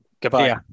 Goodbye